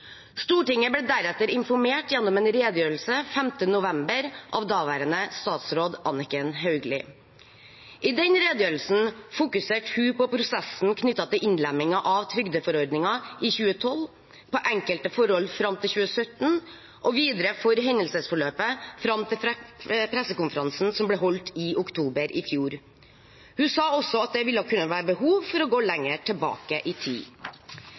Stortinget ble deretter informert gjennom en redegjørelse 5. november av daværende statsråd Anniken Hauglie. I den redegjørelsen fokuserte hun på prosessen knyttet til innlemmingen av trygdeforordningen i 2012, på enkelte forhold fram til 2017 og videre på hendelsesforløpet fram til pressekonferansen som ble holdt i oktober i fjor. Hun sa også at det ville kunne være behov for å gå lenger tilbake i tid.